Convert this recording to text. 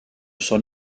son